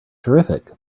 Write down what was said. terrific